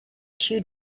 two